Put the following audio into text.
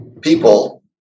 people